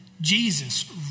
Jesus